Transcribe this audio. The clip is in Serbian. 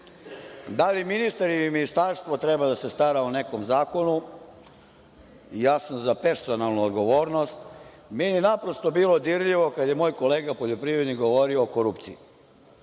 li ministar ili ministarstvo treba da se stara o nekom zakonu, ja sam za personalnu odgovornost. Meni je naprosto bilo dirljivo kad je moj kolega poljoprivrednik govorio o korupciji.